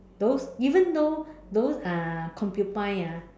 those even though those uh concubine ah